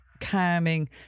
calming